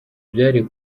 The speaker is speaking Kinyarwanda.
byari